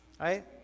right